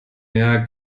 mehr